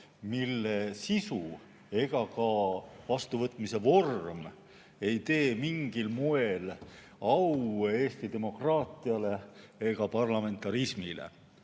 mille sisu ega ka vastuvõtmise vorm ei tee mingil moel au Eesti demokraatiale ega parlamentarismile.